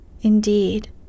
Indeed